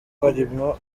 barimwo